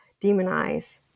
demonize